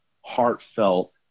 heartfelt